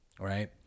right